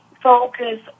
focus